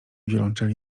wiolonczeli